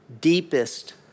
deepest